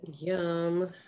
yum